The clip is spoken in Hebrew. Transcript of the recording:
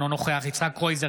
אינו נוכח יצחק קרויזר,